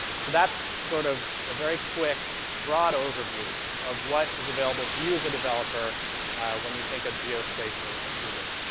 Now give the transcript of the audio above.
so that's sort of a very quick, broad overview of what is available to you as a developer when you think of geospatial at google.